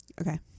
okay